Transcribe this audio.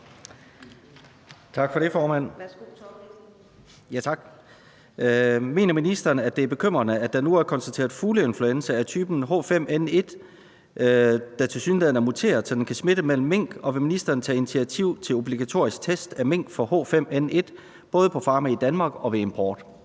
Tak for det, formand. Mener ministeren, at det er bekymrende, at der nu er konstateret fugleinfluenza af typen H5N1, der tilsyneladende er muteret, så den kan smitte mellem mink, og vil ministeren tage initiativ til obligatorisk test af mink for H5N1 både på farme i Danmark og ved import?